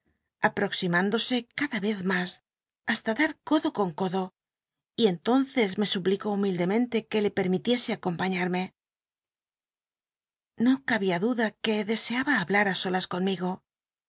aproximtíndosc cada cz mas hasta dar codo con codo y entonces me suplicó humildemente que le permitiese acompañarme no cabía eluda que deseaba hablat tí solas conmigo